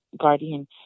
guardian